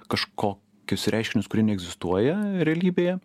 kažkokius reiškinius kurie neegzistuoja realybėje